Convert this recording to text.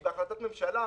היא בהחלטת ממשלה.